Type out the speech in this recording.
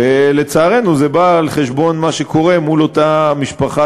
ולצערנו, זה בא על חשבון מה שקורה מול אותה משפחה